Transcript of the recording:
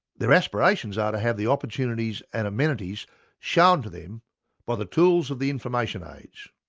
their aspirations are to have the opportunities and amenities shown to them by the tools of the information age,